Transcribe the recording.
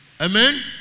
Amen